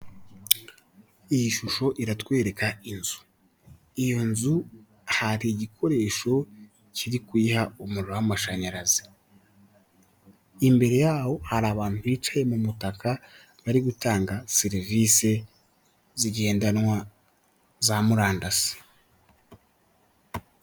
Iyi shusho iratwereka inzu iyo nzu hari igikoresho kiri kuyiha umuriro w'amashanyarazi imbere yaho hari abantu bicaye mu butaka bari gutanga serivisi zigendanwa za murandasi.